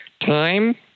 time